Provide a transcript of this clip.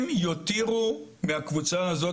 מהקבוצה הזאת,